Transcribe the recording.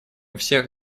всех